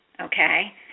Okay